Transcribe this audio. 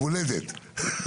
חמש דקות.